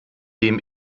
dem